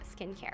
skincare